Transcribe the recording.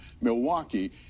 Milwaukee